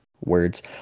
words